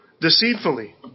deceitfully